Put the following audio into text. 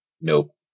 Nope